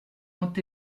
ont